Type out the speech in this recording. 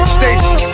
Stacy